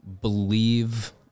believe